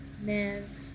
man